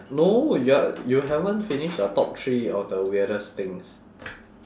no yo~ you haven't finish the top three of the weirdest things